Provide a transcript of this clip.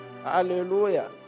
Hallelujah